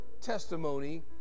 testimony